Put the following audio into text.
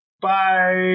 Bye